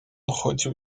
chodził